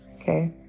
okay